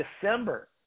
December